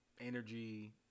energy